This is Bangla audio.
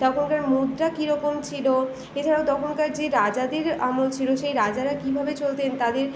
তখনকার মুদ্রা কীরকম ছিল এছাড়াও তখনকার যে রাজাদের আমল ছিল সেই রাজারা কীভাবে চলতেন তাদের